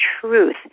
truth